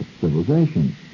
civilization